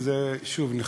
וזה שוב נחמד.